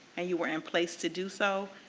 and you were in place to do so,